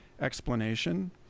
explanation